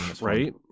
Right